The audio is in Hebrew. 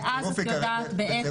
כלומר, ואז את יודעת בעצם.